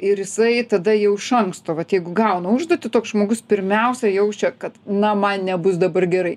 ir jisai tada jau iš anksto vat jeigu gauna užduotį toks žmogus pirmiausia jaučia kad na man nebus dabar gerai